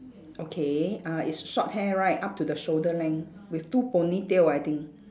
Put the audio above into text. okay uh it's short hair right up to the shoulder length with two ponytail I think